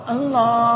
Allah